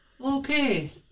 okay